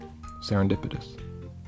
Serendipitous